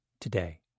today